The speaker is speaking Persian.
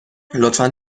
لطفا